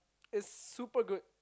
is super good